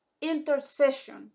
intercession